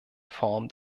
form